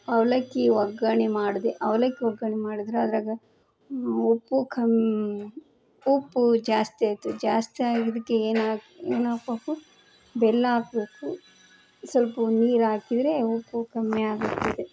ಅವಲಕ್ಕಿ ಒಗ್ಗರ್ಣೆ ಮಾಡಿದೆ ಅವಲಕ್ಕಿ ಒಗ್ಗರ್ಣೆ ಮಾಡಿದರೆ ಅದರಾಗ ಉಪ್ಪು ಕಮ್ಮಿ ಉಪ್ಪು ಜಾಸ್ತಿ ಆಯಿತು ಜಾಸ್ತಿ ಆಗಿದ್ದಕ್ಕೆ ಏನು ಹಾಕ್ ಏನು ಹಾಕ್ಬೇಕು ಬೆಲ್ಲ ಹಾಕ್ಬೇಕು ಸ್ವಲ್ಪ ನೀರು ಹಾಕಿದ್ರೆ ಉಪ್ಪು ಕಮ್ಮಿ ಆಗುತ್ತದೆ